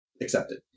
accepted